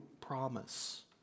promise